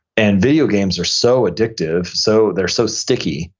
and video games are so addictive, so they're so sticky,